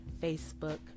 Facebook